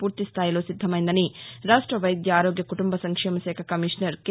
వూర్తిస్థాయిలో సిద్దమైందని రాష్ట వైద్య ఆరోగ్య కుటుంబ సంక్షేమశాఖ కమీషనర్ కె